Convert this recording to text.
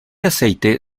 aceite